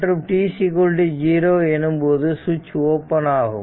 மற்றும் t0 எனும் போது சுவிட்ச் ஓபன் ஆகும்